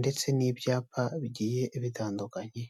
ndetse n'ibyapa bigiye bitandukanye.